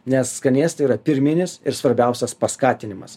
nes skanėstai yra pirminis ir svarbiausias paskatinimas